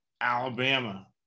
Alabama